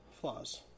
flaws